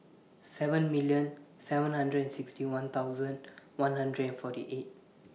seven million seven hundred and sixty one thousand one hundred and forty eight